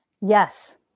Yes